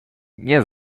nie